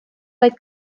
vaid